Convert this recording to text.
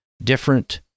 different